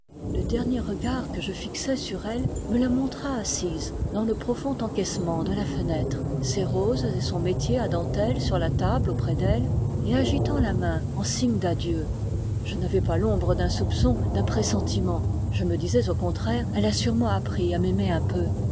le dernier regard que je fixai sur elle me la montra assise dans le profond encaissement de la fenêtre ses roses et son métier à dentelle sur la table auprès d'elle et agitant la main en signe d'adieu je n'avais pas l'ombre d'un soupçon d'un pressentiment je me disais au contraire elle a sûrement appris à m'aimer un peu